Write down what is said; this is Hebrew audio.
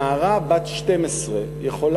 נערה בת 12 יכולה,